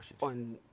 on